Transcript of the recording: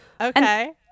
Okay